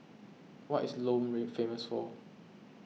what is Lome famous for